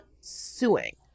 suing